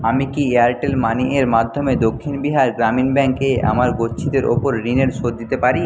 আমি কি Airtel money এর মাধ্যমে দক্ষিণ বিহার গ্রামীণ ব্যাঙ্কে আমার গচ্ছিতের ওপর ঋণের শোধ দিতে পারি